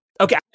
okay